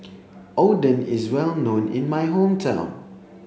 Oden is well known in my hometown